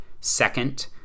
Second